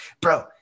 bro